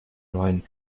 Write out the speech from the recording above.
neuen